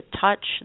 touch